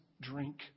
drink